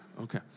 Okay